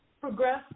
progress